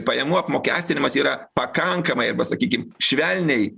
pajamų apmokestinimas yra pakankamai arba sakykim švelniai